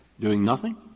doing nothing?